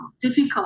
difficult